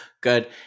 good